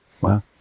Wow